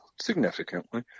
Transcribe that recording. significantly